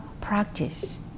practice